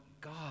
God